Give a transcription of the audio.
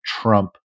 Trump